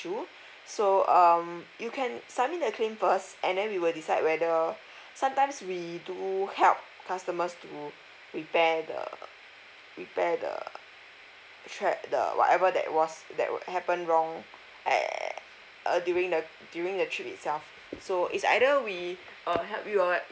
~sue so um you can submit the claim first and then we will decide whether sometimes we do help customers to repair the repair the travel~ whatever that was that would happen wrong at uh during the during the trip itself so is either we err help you alright